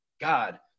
God